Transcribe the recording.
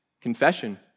confession